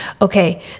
okay